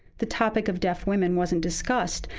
the topic of deaf women wasn't discussed.